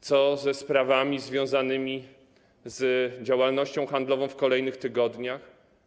Co ze sprawami związanymi z działalnością handlową w kolejnych tygodniach?